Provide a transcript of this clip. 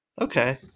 Okay